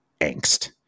angst